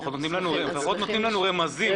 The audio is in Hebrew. לפחות נותנים לנו רמזים.